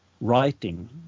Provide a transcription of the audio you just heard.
writing